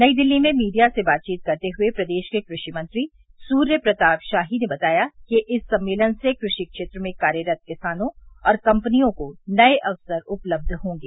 नयी दिल्ली में मीडिया से बातचीत करते हुए प्रदेश के कृषि मंत्री सुर्यप्रताप शाही ने बताया कि इस सम्मेलन से कृषि क्षेत्र में कार्यस्त किसानों और कम्पनियों को नए अवसर उपलब्ध होंगे